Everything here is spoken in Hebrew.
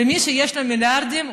מי שיש לו מיליארדים,